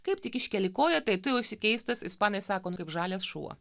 kaip tik iškeli koją tai tu jau esi keistas ispanai sako nu kaip žalias šuo